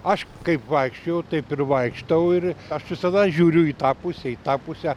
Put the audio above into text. aš kaip vaikščioju taip ir vaikštau ir aš visada žiūriu į tą pusę į tą pusę